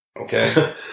Okay